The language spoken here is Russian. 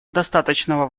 достаточного